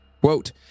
quote